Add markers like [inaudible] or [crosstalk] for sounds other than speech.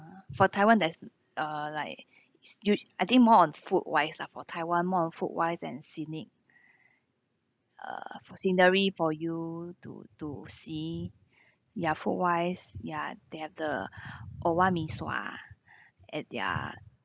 ah for taiwan there's uh like s~ yo~ I think more on food wise lah for taiwan more on food wise and scenic [breath] uh for scenery for you to to see [breath] ya food wise ya they have the [breath] oh one mee sua at their